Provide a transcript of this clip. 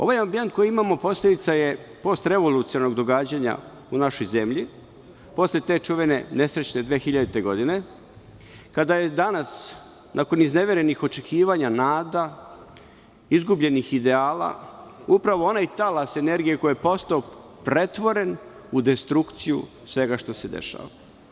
Ovaj ambijent koji imamo posledica je postrevolucionarnog događanja u našoj zemlji posle te čuvene nesrećne 2000. godine, kada je danas, nakon izneverenih očekivanja, nada izgubljenih ideala, upravo onaj talas energije koji je postojao pretvoren u destrukciju svega što se dešava.